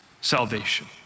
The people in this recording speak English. salvation